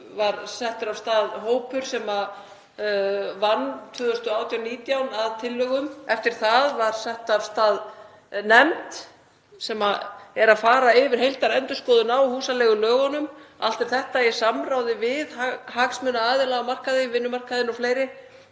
var settur af stað hópur sem vann 2018–2019 að tillögum. Eftir það var sett af stað nefnd sem er að fara yfir heildarendurskoðun á húsaleigulögunum. Allt er þetta í samráði við hagsmunaaðila á markaði, við vinnumarkaðinn og fleiri,